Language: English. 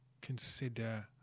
consider